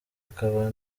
akaba